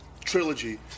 trilogy